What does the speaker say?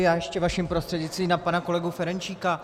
Já ještě vaším prostřednictvím na pana kolegu Ferjenčíka.